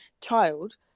child